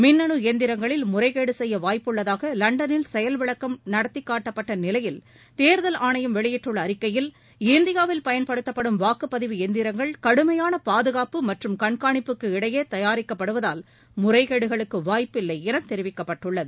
மின்னணு எந்திரங்களில் முறைகேடு செய்ய வாய்ப்புள்ளதாக லண்டனில் செயல் விளக்கம் நடத்திக்காட்டப்பட்ட நிலையில் தேர்தல் ஆணையம் வெளியிட்டுள்ள அறிக்கையில் இந்தியாவில் பயன்படுத்தப்படும் வாக்குப்பதிவு எந்திரங்கள் கடுமையான பாதுகாப்பு மற்றும் கண்காணிப்புக்கு இடையே தயாரிக்கப்படுவதால் முறைகேடுகளுக்கு வாய்ப்பில்லை என தெரிவிக்கப்பட்டுள்ளது